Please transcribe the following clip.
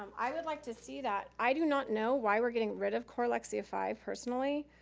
um i would like to see that. i do not know why we're getting rid of core lexia five, personally.